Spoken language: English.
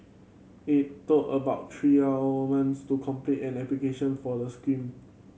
it took about three months to complete an application for the scheme